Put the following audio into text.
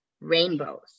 Rainbows